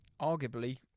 arguably